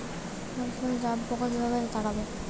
ফসলে জাবপোকা কিভাবে তাড়াব?